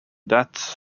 that